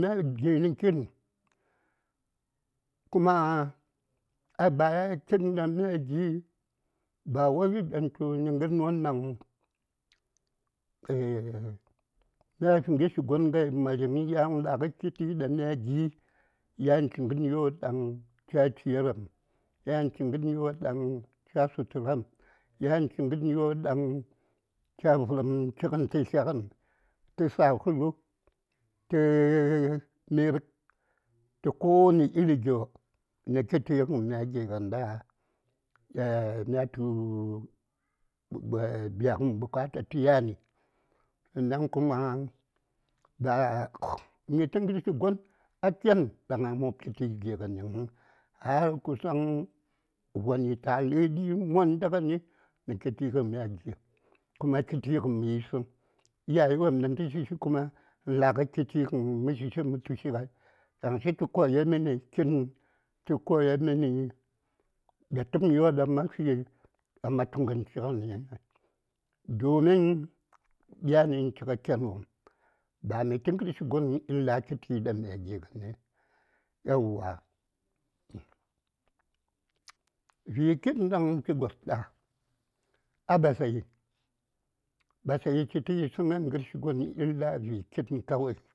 ﻿Mya ginə ki:tn, kuma a baya ki:tn daŋ mya gi bawoi daŋ tu nə gərwon daŋ mya fi gəshi gon ŋai mariŋ yan la:gə kitti daŋ mya gi yan chi gərwon daŋ mya chiyarəm yan chi gəryo daŋ cha suturam yan chi gəryo daŋ cha vərəm chigən tə tlyagən tə sahulu tə mir tə ko na iri gyo mə tsəti mə ŋaldi gənda mya tu biyagən bukata tə yani sannan kuma ba mitə gərshi gon a ken daŋ a mob gigən kitti həŋ har kusan vonni ta lədi monda ŋəni mitə kittan mia gigəni kuma kitti gən mə yisəŋ iyaye wopm dan tə shishi kuma la:gə kitti gən mə shishi mə tushi ŋai yaŋshi tə koyarmi nə kitn tə koyarmi nə datəm won daŋ ma fi daŋ ma tu gən chigəni ŋai domin yani gən chi a ken wom ba mitə gərshi gonəŋ illa kitti daŋ mya gigəni yauwa, vi kitn daŋ chi gos ɗa a basayi basayi chitə yisəŋgən gərshi gonəŋ illa vi kitn kawai.